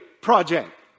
project